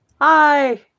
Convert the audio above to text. Hi